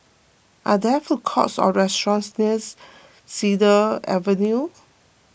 Are there food courts or restaurants nears Cedar Avenue